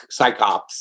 psychops